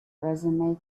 resume